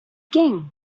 king